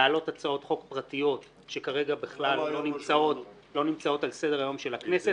להעלות הצעות חוק פרטיות שכרגע בכלל לא נמצאות על סדר היום של הכנסת.